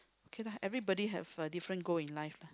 K lah everybody have a different goal in life lah